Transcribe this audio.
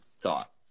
thought